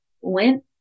went